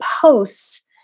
posts